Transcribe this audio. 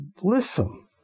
listen